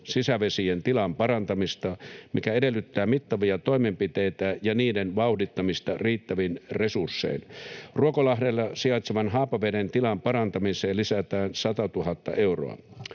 sisävesien tilan parantamista, mikä edellyttää mittavia toimenpiteitä ja niiden vauhdittamista riittävin resurssein. Ruokolahdella sijaitsevan Haapaveden tilan parantamiseen lisätään 100 000 euroa.